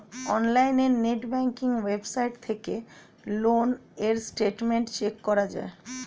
অনলাইনে net banking website থেকে loan এর স্টেটমেন্ট চেক করা যায়